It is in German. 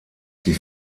die